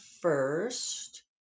first